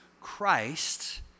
Christ